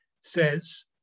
says